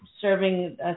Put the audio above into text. serving